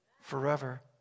forever